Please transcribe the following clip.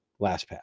LastPass